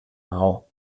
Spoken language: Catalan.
maó